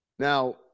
Now